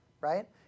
right